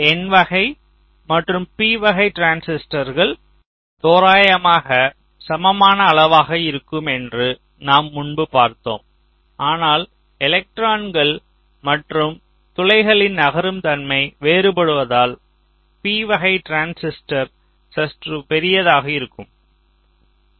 இந்த N வகை மற்றும் P வகை டிரான்சிஸ்டர்கள் தோராயமாக சமமான அளவாக இருக்கம் என்று நாம் முன்பு பார்த்தோம் ஆனால் எலக்ட்ரான்கள் மற்றும் துளைகளின் நகரும் தன்மை வேறுபடுவதால் P வகை டிரான்சிஸ்டர் சற்று பெரியதாக இருக்கம்